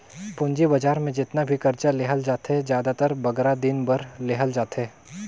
पूंजी बजार में जेतना भी करजा लेहल जाथे, जादातर बगरा दिन बर लेहल जाथे